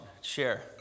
share